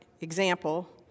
example